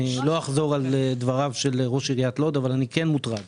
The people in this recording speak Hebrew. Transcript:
לא אחזור על דבריו של ראש עיריית לוד אבל אני כן מוטרד